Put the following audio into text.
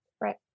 Right